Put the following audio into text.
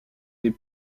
des